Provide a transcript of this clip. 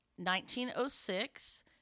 1906